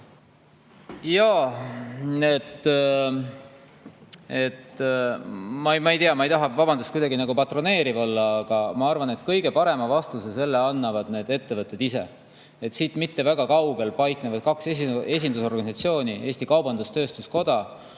välja, et midagi teha. Ma ei taha, vabandust, kuidagi patroneeriv olla, aga ma arvan, et kõige parema vastuse sellele annavad ettevõtted ise. Siit mitte väga kaugel paiknevad kaks esindusorganisatsiooni: Eesti Kaubandus-Tööstuskoda,